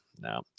no